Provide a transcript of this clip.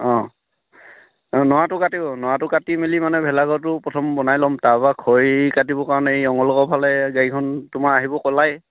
অঁ নৰাটো কাটিব নৰাটো কাটি মেলি মানে ভেলাঘৰতো প্ৰথম বনাই ল'ম তাৰপৰা খৰি কাটিব কাৰণে এই অঙলোকৰ ফালে গাড়ীখন তোমাৰ আহিব ক'লায়ে